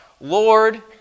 Lord